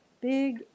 big